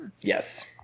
yes